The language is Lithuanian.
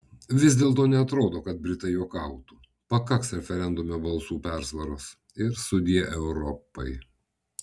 vis dėlto neatrodo kad britai juokautų pakaks referendume balsų persvaros ir sudie europai